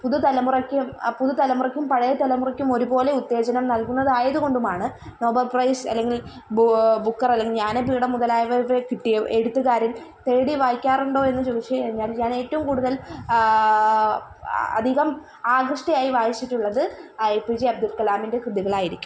പുതുതലമുറയ്ക്കും പുതുതലമുറയ്ക്കും പഴയ തലമുറക്കും ഒരുപോലെ ഉത്തേജനം നല്കുന്നതായതു കൊണ്ടുമാണ് നോബല് പ്രൈസ് അല്ലെങ്കില് ബു ബുക്കറല്ലെങ്കില് ജ്ഞാനപീഠം മുതലായവക കിട്ടിയ എഴുത്തുകാരില് തേടി വായിക്കാറുണ്ടോ എന്നു ചോദിച്ചു കഴിഞ്ഞാല് ഞാനേറ്റവും കൂടുതല് അധികം ആകൃഷ്ടയായി വായിച്ചിട്ടുള്ളത് ഏ പി ജെ അബ്ദുള്ക്കലാമിന്റെ കൃതികളായിരിക്കും